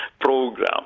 program